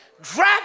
Drag